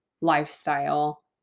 lifestyle